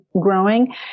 growing